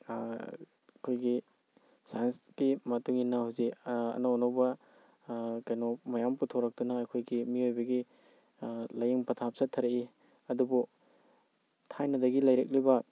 ꯑꯩꯈꯣꯏꯒꯤ ꯁꯥꯏꯟꯀꯤ ꯃꯇꯨꯡꯏꯟꯅ ꯍꯧꯖꯤꯛ ꯑꯅꯧ ꯑꯅꯧꯕ ꯀꯩꯅꯣ ꯃꯌꯥꯝ ꯄꯨꯊꯣꯔꯛꯇꯅ ꯑꯩꯈꯣꯏꯒꯤ ꯃꯤꯑꯣꯏꯕꯒꯤ ꯂꯥꯏꯌꯦꯡ ꯄꯊꯥꯞ ꯆꯠꯊꯔꯛꯏ ꯑꯗꯨꯕꯨ ꯊꯥꯏꯅꯗꯒꯤ ꯂꯩꯔꯛꯂꯤꯕ